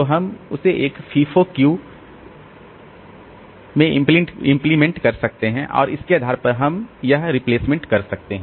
तो हम एक फीफो क्यू इंप्लीमेंट कर सकते हैं और उसके आधार पर हम यह रिप्लेसमेंट कर सकते हैं